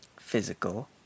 physical